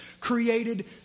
created